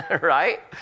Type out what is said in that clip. Right